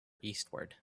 eastward